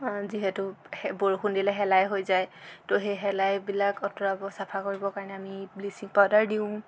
যিহেতু বৰষুণ দিলে শেলাই হৈ যায় ত' সেই শেলাইবিলাক অঁতৰাব চফা কৰিব কাৰণে আমি ব্লিচিং পাউডাৰ দিওঁ